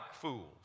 fools